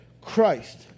Christ